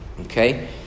Okay